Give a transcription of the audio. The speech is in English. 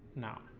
now